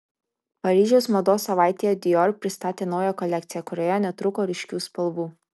paryžiaus mados savaitėje dior pristatė naują kolekciją kurioje netrūko ryškių spalvų